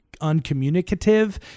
uncommunicative